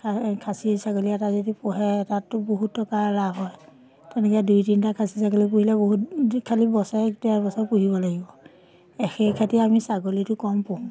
খাচী ছাগলী এটা যদি পোহে তাতো বহুত টকা লাভ হয় তেনেকৈ দুই তিনিটা খাচী ছাগলী পুহিলে বহুত খালী বছৰে এক ডেৰ বছৰ পুহিব লাগিব সেই খাতিৰে আমি ছাগলীটো কম পুহোঁ